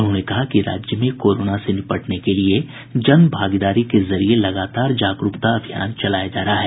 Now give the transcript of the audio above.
उन्होंने कहा कि राज्य में कोरोना से निपटने के लिए जनभागीदारी के जरिये लगातार जागरूकता अभियान चलाया जा रहा है